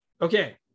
Okay